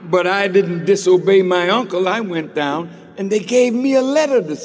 but i didn't disobeying my uncle i went down and they gave me a letter the